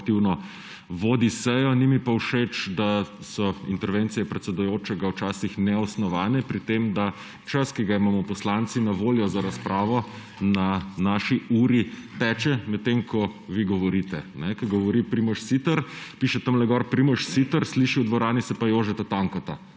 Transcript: vodi seja, ni mi pa všeč, da so intervencije predsedujočega včasih neosnovane, pri tem da čas, ki ga imamo poslanci na voljo za razpravo, na naši uri teče, medtem ko vi govorite. Ko govori Primož Siter, piše tam gor Primož Siter, v dvorani se pa sliši Jožeta Tanka.